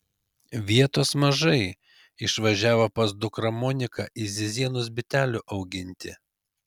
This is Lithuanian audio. vietos mažai išvažiavo pas dukrą moniką į zizėnus bitelių auginti